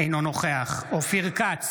אינו נוכח אופיר כץ,